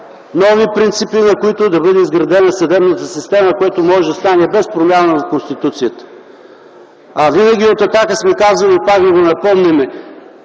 нови принципи, на които да бъде изградена съдебната система, което може да стане и без промяна на Конституцията. Винаги от „Атака” сме казвали и пак ви го напомняме